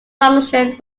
function